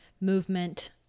movement